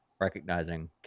recognizing